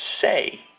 say